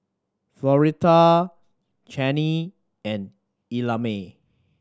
Floretta Channie and Ellamae